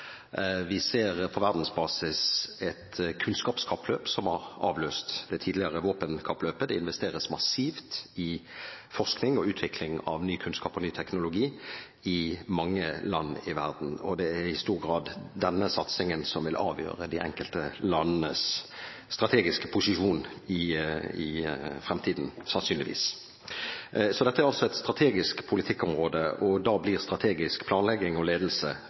Vi ser på verdensbasis et kunnskapskappløp som har avløst det tidligere våpenkappløpet. Det investeres massivt i forskning og utvikling av ny kunnskap og ny teknologi i mange land i verden, og det er i stor grad denne satsingen som vil avgjøre de enkelte landenes strategiske posisjon i fremtiden, sannsynligvis. Så dette er et strategisk politikkområde, og da blir strategisk planlegging og ledelse